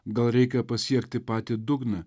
gal reikia pasiekti patį dugną